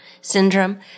syndrome